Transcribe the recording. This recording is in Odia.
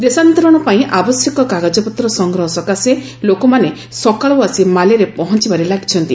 ଦେଶାନ୍ତରଣ ପାଇଁ ଆବଶ୍ୟକ କାଗଜପତ୍ର ସଂଗ୍ରହ ସକାଶେ ଲୋକମାନେ ସକାଳୁ ଆସି ମାଲେରେ ପହଞ୍ଚବାରେ ଲାଗିଛନ୍ତି